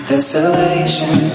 Desolation